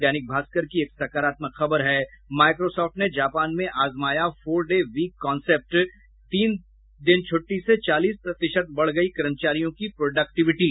दैनिक भास्कर की एक सकारात्मक खबर है माईक्रोसॉफ्ट ने जापान में अजमाया फोर डे वीक कांसेप्ट तीन दिन छूट्टी से चालीस प्रतिशत बढ़ गयी कर्मचारियों को प्रोडक्टविटी